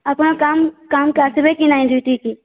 ଆପଣ କାମ କାମକୁ ଆସିବେ କି ନାଇଁ ଦି ଦିଦି